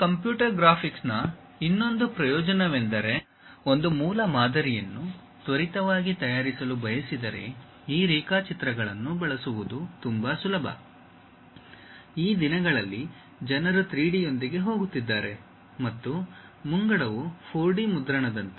ಈ ಕಂಪ್ಯೂಟರ್ ಗ್ರಾಫಿಕ್ಸ್ನ ಇನ್ನೊಂದು ಪ್ರಯೋಜನವೆಂದರೆ ಒಂದು ಮೂಲ ಮಾದರಿಯನ್ನು ತ್ವರಿತವಾಗಿ ತಯಾರಿಸಲು ಬಯಸಿದರೆ ಈ ರೇಖಾಚಿತ್ರಗಳನ್ನು ಬಳಸುವುದು ತುಂಬಾ ಸುಲಭ ಈ ದಿನಗಳಲ್ಲಿ ಜನರು 3D ಯೊಂದಿಗೆ ಹೋಗುತ್ತಿದ್ದಾರೆ ಮತ್ತು ಮುಂಗಡವು 4D ಮುದ್ರಣದಂತೆ